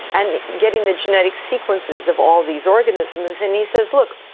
and getting the genetic sequences of all these organisms. and he says, look,